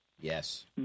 Yes